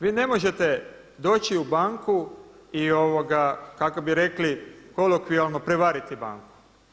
Vi ne možete doći u banku i kako bi rekli kolokvijalno prevariti banku.